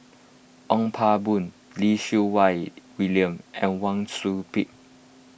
Ong Pang Boon Lim Siew Wai William and Wang Sui Pick